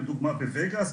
לדוגמא מווגאס,